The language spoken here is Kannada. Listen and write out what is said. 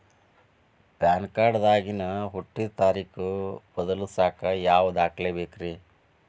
ಪ್ಯಾನ್ ಕಾರ್ಡ್ ದಾಗಿನ ಹುಟ್ಟಿದ ತಾರೇಖು ಬದಲಿಸಾಕ್ ಯಾವ ದಾಖಲೆ ಬೇಕ್ರಿ?